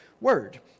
Word